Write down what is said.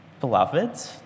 Beloved